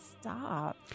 stop